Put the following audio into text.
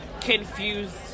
confused